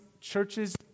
churches